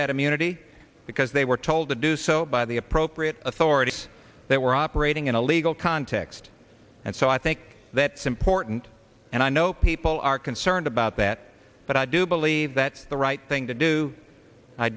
that immunity because they were told to do so by the appropriate authorities that were operating in a legal context and so i think that's important and i know people are concerned about that but i do believe that the right thing to do i